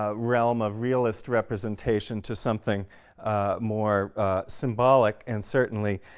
ah realm of realist representation to something more symbolic and certainly